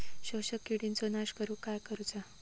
शोषक किडींचो नाश करूक काय करुचा?